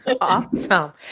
Awesome